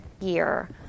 year